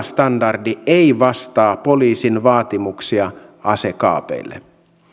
standardi ei vastaa poliisin vaatimuksia asekaapeille